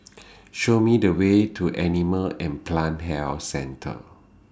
Show Me The Way to Animal and Plant Health Centre